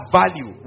value